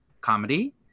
comedy